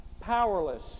powerless